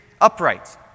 upright